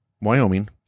wyoming